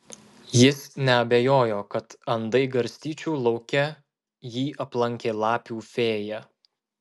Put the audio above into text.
jis neabejojo kad andai garstyčių lauke jį aplankė lapių fėja